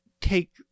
take